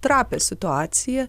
trapią situaciją